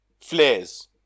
flares